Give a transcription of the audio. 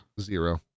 zero